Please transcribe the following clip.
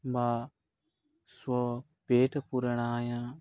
मा स्व पेटपूरणाय